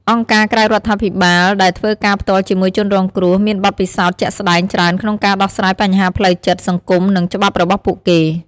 អង្គការក្រៅរដ្ឋាភិបាលដែលធ្វើការផ្ទាល់ជាមួយជនរងគ្រោះមានបទពិសោធន៍ជាក់ស្ដែងច្រើនក្នុងការដោះស្រាយបញ្ហាផ្លូវចិត្ត សង្គម និងច្បាប់របស់ពួកគេ។